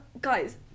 guys